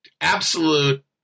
absolute